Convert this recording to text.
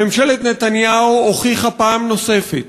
ממשלת נתניהו הוכיחה פעם נוספת